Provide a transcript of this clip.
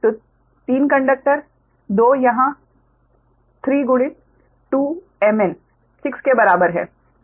तो 3 कंडक्टर 2 यहाँ 3 गुणित 2 mn 6 के बराबर है